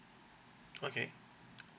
okay